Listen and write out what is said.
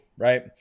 right